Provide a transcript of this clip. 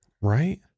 right